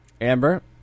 Amber